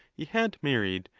he had married,